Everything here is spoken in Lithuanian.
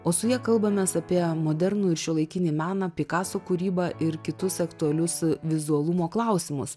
o su ja kalbamės apie modernų ir šiuolaikinį meną pikaso kūrybą ir kitus aktualius vizualumo klausimus